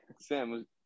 Sam